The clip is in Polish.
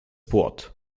płot